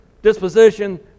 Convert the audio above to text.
disposition